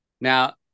Now